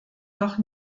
doch